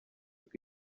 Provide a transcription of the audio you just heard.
uko